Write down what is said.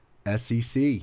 SEC